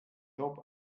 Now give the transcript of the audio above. job